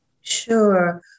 Sure